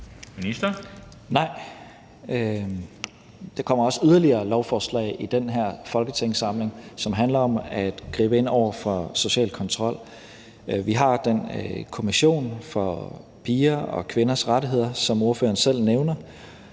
Tesfaye): Nej, der kommer også yderligere lovforslag i den her folketingssamling, som handler om at gribe ind over for social kontrol. Vi har den kommission for piger og kvinders rettigheder, som ordføreren selv nævner.